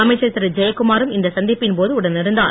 அமைச்சர் திருஜெயக்குமா ரும் இந்த சந்திப்பின் போது உடன் இருந்தார்